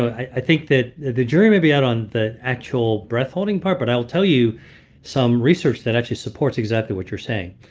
i think that the jury may be out on the actual breath holding part. but i'll tell you some research that actually supports exactly what you're saying.